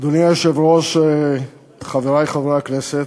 אדוני היושב-ראש, חברי חברי הכנסת,